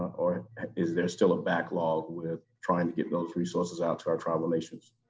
or is there still a backlog, with trying to get those resources out to our tribal nations?